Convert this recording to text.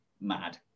mad